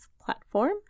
platform